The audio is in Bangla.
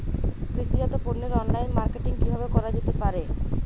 কৃষিজাত পণ্যের অনলাইন মার্কেটিং কিভাবে করা যেতে পারে?